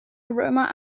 aroma